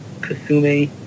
Kasumi